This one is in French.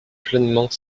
pleinement